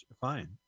Fine